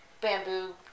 bamboo